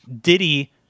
Diddy